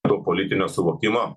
toliau politinio suvokimo